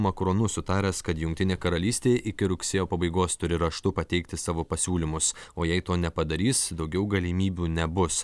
macronu sutaręs kad jungtinė karalystė iki rugsėjo pabaigos turi raštu pateikti savo pasiūlymus o jei to nepadarys daugiau galimybių nebus